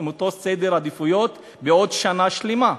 עם אותו סדר עדיפויות לעוד שנה שלמה?